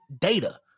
data